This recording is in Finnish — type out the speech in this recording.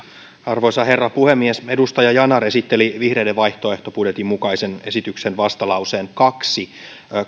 arvoisa herra puhemies edustaja yanar esitteli vihreiden vaihtoehtobudjetin mukaisen esityksen vastalauseen toisen